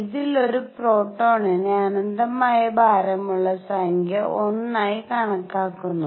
ഇതിൽ ഒരു പ്രോട്ടോണിനെ അനന്തമായ ഭാരമുള്ള സംഖ്യ 1 ആയി കണക്കാക്കുന്നു